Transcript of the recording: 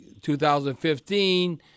2015